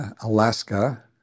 Alaska